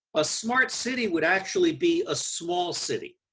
a smart city would actually be a small city.